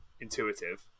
intuitive